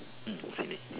mm finish